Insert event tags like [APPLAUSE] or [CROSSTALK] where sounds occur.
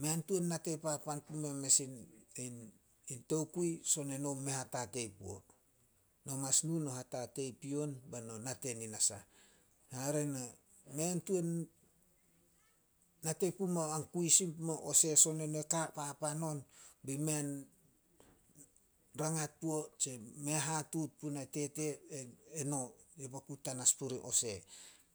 Mei tuan nate papan pumao mes in- in tokui, son eno i mei a hatatei puo. No mas nu no hatatei i pion beno nu nin nasah. Hare ne mei tuan [HESITATION] nate pumao kui sin pumao hose son eno ka papan on. Bei mei an rangat puo tse mei a hatuut punai tete eno ya papu tanas purih hose.